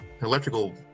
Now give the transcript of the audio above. electrical